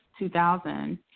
2000